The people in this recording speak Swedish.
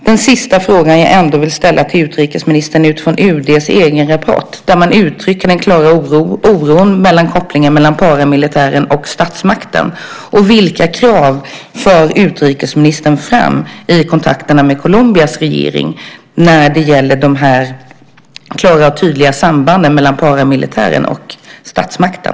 Den sista fråga jag vill ställa till utrikesministern utifrån UD:s egen rapport, där man uttrycker en oro för en koppling mellan paramilitären och statsmakten är: Vilka krav för utrikesministern fram i kontakterna med Colombias regering när det gäller de klara och tydliga sambanden mellan paramilitären och statsmakten?